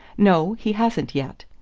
no, he hasn't yet.